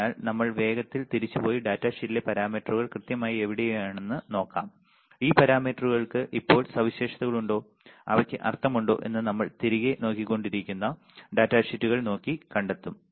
അതിനാൽ നമ്മൾ വേഗത്തിൽ തിരിച്ചുപോയി ഡാറ്റാഷീറ്റിലെ പാരാമീറ്ററുകൾ കൃത്യമായി എവിടെയാണെന്ന് നോക്കാം ഈ പാരാമീറ്ററുകൾക്കു ഇപ്പോൾ സവിശേഷതകൾ ഉണ്ടോ അവയ്ക്കു അർത്ഥമുണ്ടോ എന്ന് നമ്മൾ നോക്കിക്കൊണ്ടിരുന്ന ഡാറ്റ ഷീറ്റുകൾ നോക്കി കണ്ടെത്തും